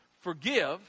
Forgive